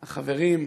החברים,